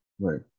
Right